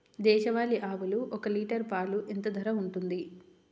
దేశవాలి ఆవులు ఒక్క లీటర్ పాలు ఎంత ధర ఉంటుంది?